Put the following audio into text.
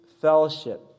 fellowship